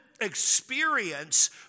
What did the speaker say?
experience